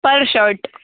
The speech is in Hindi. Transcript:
पर शर्ट